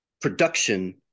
production